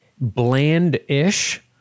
bland-ish